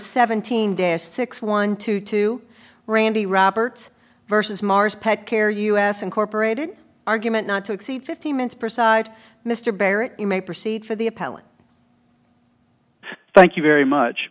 seventeen days six one two two randy roberts versus mars pet care us incorporated argument not to exceed fifteen minutes per side mr barrett you may proceed for the appellant thank you very much